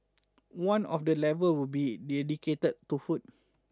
one of the level will be dedicated to food